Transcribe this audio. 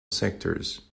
sectors